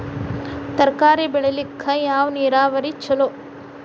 ತರಕಾರಿ ಬೆಳಿಲಿಕ್ಕ ಯಾವ ನೇರಾವರಿ ಛಲೋ?